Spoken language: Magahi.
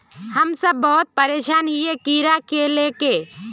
हम सब बहुत परेशान हिये कीड़ा के ले के?